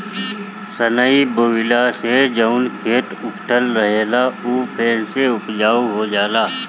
सनई बोअला से जवन खेत उकठल रहेला उ फेन से उपजाऊ हो जाला